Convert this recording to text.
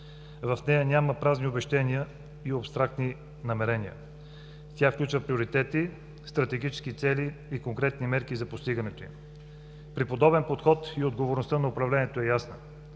В нея няма празни обещания и абстрактни намерения. Тя включва приоритети, стратегически цели и конкретни мерки за постигането им. При подобен подход и отговорността на управлението е ясна.